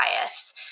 bias